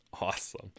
awesome